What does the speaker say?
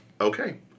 okay